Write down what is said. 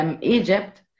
Egypt